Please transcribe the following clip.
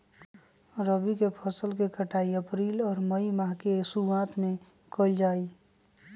रबी के फसल के कटाई अप्रैल और मई माह के शुरुआत में कइल जा हई